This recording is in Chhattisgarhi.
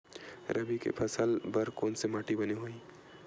रबी के फसल बर कोन से माटी बने होही?